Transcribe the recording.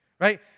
Right